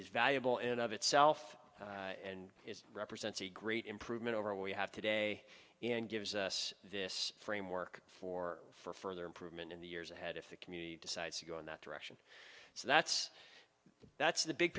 is valuable and of itself and it represents a great improvement over all we have today and gives us this framework for for further improvement in the years ahead if the community decides to go in that direction so that's that's the big